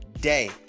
day